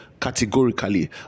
categorically